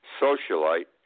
socialite